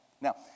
Now